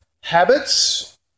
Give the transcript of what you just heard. habits